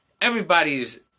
Everybody's